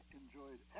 enjoyed